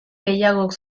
gehiagok